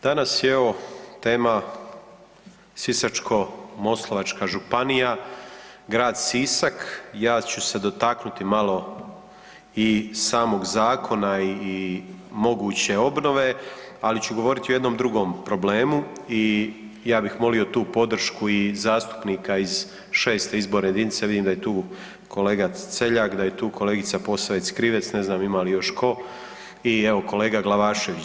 Danas je evo tema Sisačko-moslavačka županija, grad Sisak, ja ću se dotaknuti malo i samog zakona i moguće obnove, ali ću govoriti o jednom drugom problemu i ja bih molio tu podršku i zastupnika iz 6.-te izborne jedinice, vidim da je tu kolega Celjak, da je tu kolegica Posavec Krivec, ne znam ima li još tko i evo kolega Glavašević.